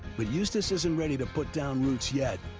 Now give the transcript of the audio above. but eustace isn't ready to put down roots yet.